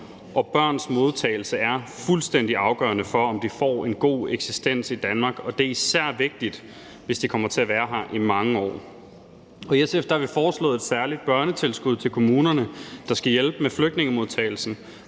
Børns modtagelse er fuldstændig afgørende for, om de får en god eksistens i Danmark. Det er især vigtigt, hvis de kommer til at være her i mange år. I SF har vi foreslået et særligt børnetilskud til kommunerne, der skal hjælpe med flygtningemodtagelsen.